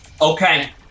okay